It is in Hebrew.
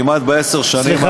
כמעט בעשר השנים האחרונות,